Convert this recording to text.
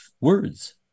words